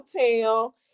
Hotel